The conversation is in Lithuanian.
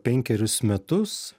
penkerius metus